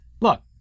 Look